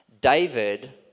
David